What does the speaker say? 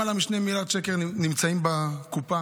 למעלה מ-2 מיליארד שקל נמצאים בקופה